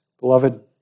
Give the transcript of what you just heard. beloved